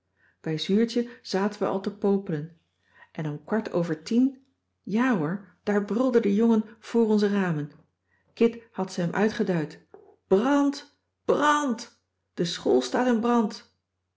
bij zuurtje zaten we al te popelen en om kwart over cissy van marxveldt de h b s tijd van joop ter heul tien ja hoor daar brulde de jongen voor onze ramen kit had ze hem uitgeduid brànd bràànd de school staat in brand